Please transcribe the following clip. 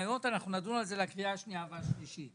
שנדון בהן בקריאה השנייה והשלישית,